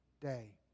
day